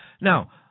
Now